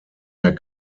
der